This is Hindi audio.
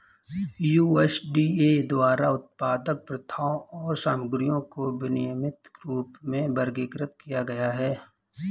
यू.एस.डी.ए द्वारा उत्पादन प्रथाओं और सामग्रियों को विनियमित रूप में वर्गीकृत किया गया है